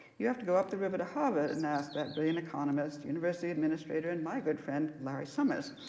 you have to go up the river to harvard and ask that brilliant economist, university administrator, and my good friend, larry summers.